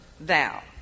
thou